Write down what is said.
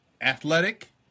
athletic